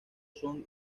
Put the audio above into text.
son